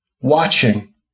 watching